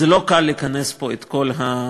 לא קל לכנס פה את כל השחקנים.